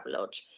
Travelodge